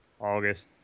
August